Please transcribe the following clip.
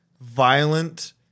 violent